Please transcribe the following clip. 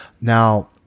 Now